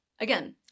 again